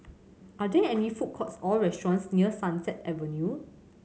are there any food courts or restaurants near Sunset Avenue